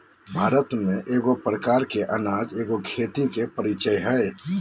भारत में एगो प्रकार के अनाज एगो खेती के परीचय हइ